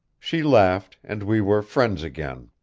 she laughed and we were friends again.